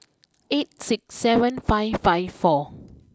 eight six seven five five four